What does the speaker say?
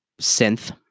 synth